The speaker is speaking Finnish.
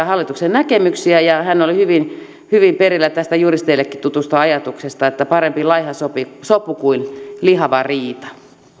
hallituksen näkemyksiä hän oli hyvin hyvin perillä tästä juristeillekin tutusta ajatuksesta että parempi laiha sopu sopu kuin lihava riita